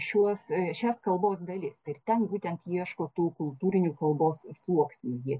šiuos šias kalbos dalis ir ten būtent ieško tų kultūrinių kalbos sluoksnių jie